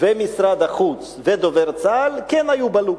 ומשרד החוץ ודובר צה"ל כן היו ב-loop,